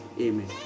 amen